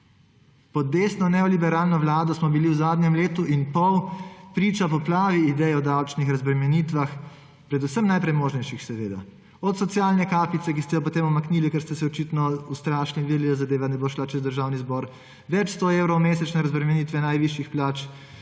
Pod desno neoliberalno vlado smo bili v zadnjem letu in pol priča poplavi idej o davčnih razbremenitvah – predvsem najpremožnejših seveda; od socialne kapice, ki ste jo potem umaknili, ker ste se očitno ustrašili in videli, da zadeva ne bo šla čez Državni zbor, več sto evrov mesečne razbremenitve najvišjih plač,